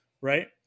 right